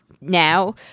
now